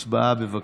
הצבעה, בבקשה.